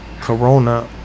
Corona